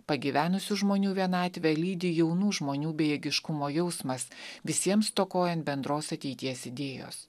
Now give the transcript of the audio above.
pagyvenusių žmonių vienatvę lydi jaunų žmonių bejėgiškumo jausmas visiems stokojant bendros ateities idėjos